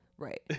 Right